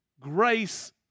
grace